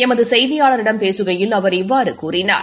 எமது செய்தியாளரிடம் பேசுகையில் அவர் இவ்வாறு கூறினார்